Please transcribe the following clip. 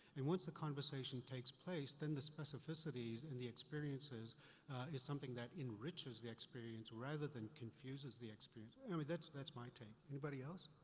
and once the conversation takes place, then the specificities and the experiences is something that enriches the experience rather than confuses the experience. i mean that's, that's my take. anybody else?